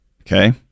okay